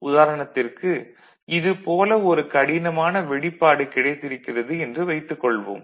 உதாரணத்திற்கு இது போல ஒரு கடினமான வெளிப்பாடு கிடைத்திருக்கிறது என்று வைத்துக் கொள்வோம்